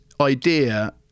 idea